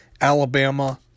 Alabama